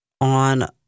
on